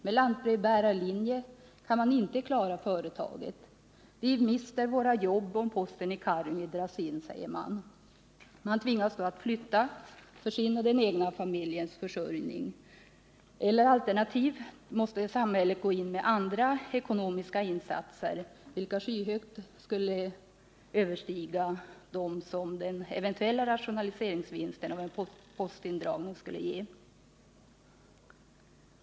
Med en lantbrevbärarlinje kan man inte klara företaget. Vi mister våra jobb om posten i Karungi dras in, säger man. I så fall tvingas man att flytta för att klara sin egen och familjens försörjning, eller också måste samhället göra andra ekonomiska insatser, vilka skyhögt skulle överstiga den eventuella rationaliseringsvinst som en postindragning skulle ge.